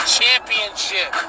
championship